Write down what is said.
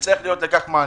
וצריך להיות לכך מענה.